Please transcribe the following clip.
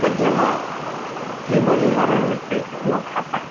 કે જેમાં જીવન મરણ વચ્ચે જોલાં ખાતાં